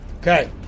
Okay